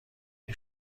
این